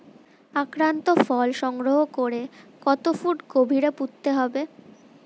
আক্রান্ত ফল সংগ্রহ করে কত ফুট গভীরে পুঁততে হবে?